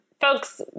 folks